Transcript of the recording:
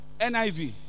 NIV